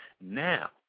Now